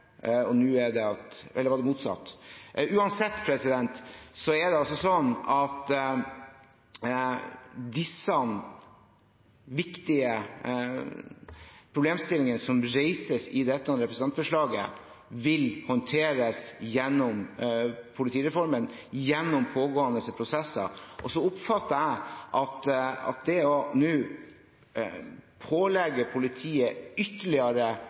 eller var det motsatt? Uansett er det sånn at de viktige problemstillingene som reises i dette representantforslaget, vil håndteres gjennom politireformen ved pågående prosesser. Så oppfatter jeg at det å pålegge politiet ytterligere